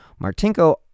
Martinko